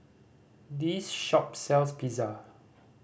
this shop sells Pizza